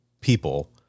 people